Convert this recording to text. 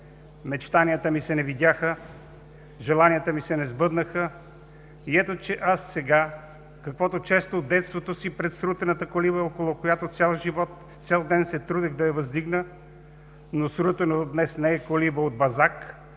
Мечтанията ми се не видяха, желанията ми се не сбъднаха и ето, че аз сега каквото често от детството си пред срутената колиба, около която цял живот, цял ден се трудех да я въздигна, но срутено от днес не е колиба от бъзак,